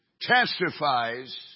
testifies